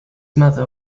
mother